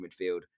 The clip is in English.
midfield